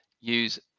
use